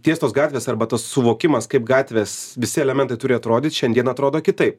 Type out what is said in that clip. tiestos gatvės arba tas suvokimas kaip gatvės visi elementai turi atrodyt šiandien atrodo kitaip